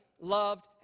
loved